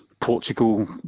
portugal